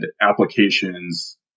applications